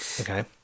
Okay